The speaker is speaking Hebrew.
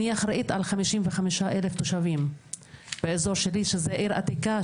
אני אחראית על 55,000 תושבים באזור שלי שזה העיר העתיקה,